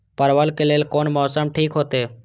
परवल के लेल कोन मौसम ठीक होते?